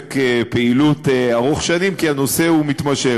אופק פעילות ארוך-שנים, כי הנושא הוא מתמשך.